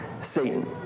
Satan